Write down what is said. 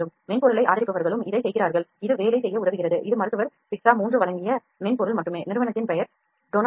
மென்பொருளை ஆதரிப்பவர்களும் இதைச் செய்கிறார்கள் இது வேலை செய்ய உதவுகிறது இது மருத்துவர் பிக்ஸா 3 வழங்கிய மென்பொருள் மட்டுமே நிறுவனத்தின் பெயர் ரொனால்ட்